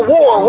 War